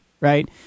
right